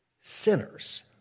sinners